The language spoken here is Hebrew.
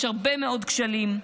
יש הרבה מאוד כשלים.